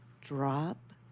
drop